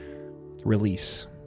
release